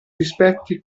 rispetti